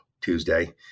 Tuesday